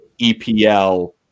EPL